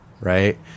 right